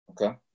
Okay